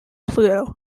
pluto